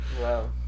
Wow